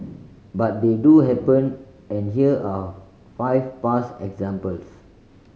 but they do happen and here are five past examples